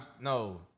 No